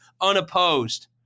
unopposed